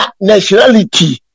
nationality